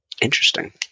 Interesting